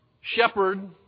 shepherd